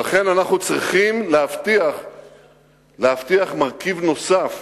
לכן אנחנו צריכים להבטיח מרכיב נוסף